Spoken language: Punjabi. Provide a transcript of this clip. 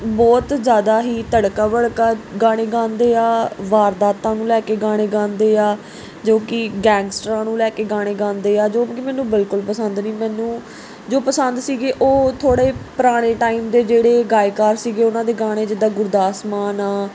ਬਹੁਤ ਜ਼ਿਆਦਾ ਹੀ ਧੜਕਾ ਵੜਕਾ ਗਾਣੇ ਗਾਉਂਦੇ ਆ ਵਾਰਦਾਤਾਂ ਨੂੰ ਲੈ ਕੇ ਗਾਣੇ ਗਾਉਂਦੇ ਆ ਜੋ ਕਿ ਗੈਂਗਸਟਰਾਂ ਨੂੰ ਲੈ ਕੇ ਗਾਣੇ ਗਾਉਂਦੇ ਆ ਜੋ ਕਿਉਂਕਿ ਮੈਨੂੰ ਬਿਲਕੁਲ ਪਸੰਦ ਨਹੀਂ ਮੈਨੂੰ ਜੋ ਪਸੰਦ ਸੀਗੇ ਉਹ ਥੋੜ੍ਹੇ ਪੁਰਾਣੇ ਟਾਈਮ ਦੇ ਜਿਹੜੇ ਗਾਇਕਾਰ ਸੀਗੇ ਉਹਨਾਂ ਦੇ ਗਾਣੇ ਜਿੱਦਾਂ ਗੁਰਦਾਸ ਮਾਨ ਆ